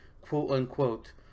quote-unquote